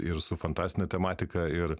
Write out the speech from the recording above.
ir su fantastine tematika ir